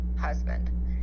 husband